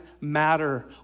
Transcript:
matter